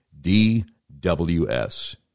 DWS